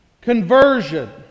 Conversion